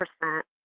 percent